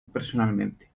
personalmente